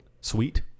sweet